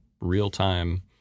real-time